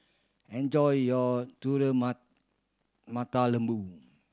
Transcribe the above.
enjoy your telur mata lembu